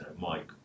Mike